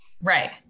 Right